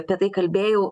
apie tai kalbėjau